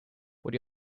what